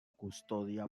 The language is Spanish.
custodia